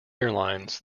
airlines